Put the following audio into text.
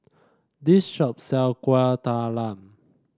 this shop sell Kueh Talam